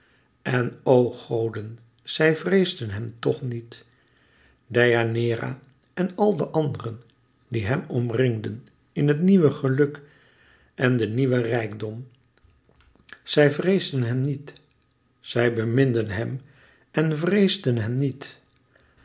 en o goden zij vreesden hem tch niet deianeira en alle de anderen die hem omringden in het nieuwe geluk en den nieuwen rijkdom zij vreesden hem niet zij beminden hem en vreesden hem niet